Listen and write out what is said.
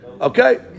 Okay